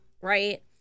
right